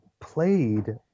played